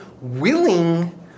willing